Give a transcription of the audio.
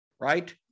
Right